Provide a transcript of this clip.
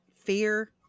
fear